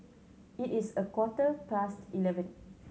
it is a quarter past eleven